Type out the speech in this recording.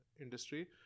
industry